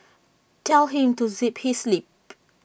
tell him to zip his lip